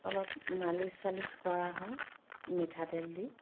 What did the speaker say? অলপ মালিছ চালিছ কৰা হয় মিঠাতেল দি